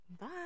Bye